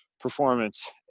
performance